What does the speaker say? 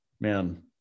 man